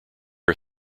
are